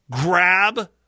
grab